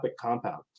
compound